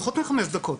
פחות מחמש דקות,